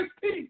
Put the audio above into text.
peace